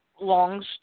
longs